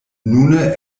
nune